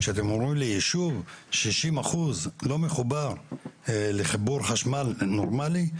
כשאתם אומרים לי ישוב 60% לא מחובר לחיבור חשמל נורמלי?